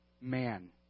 man